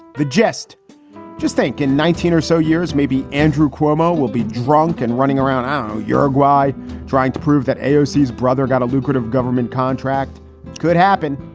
the geste just think in nineteen or so years, maybe andrew cuomo will be drunk and running around in um uruguay trying to prove that aosis brother got a lucrative government contract could happen.